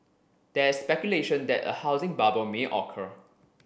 there is speculation that a housing bubble may occur